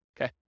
Okay